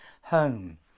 home